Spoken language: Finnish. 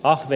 ahti